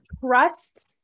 trust